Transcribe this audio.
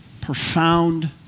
profound